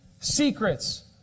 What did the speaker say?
secrets